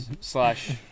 slash